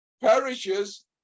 perishes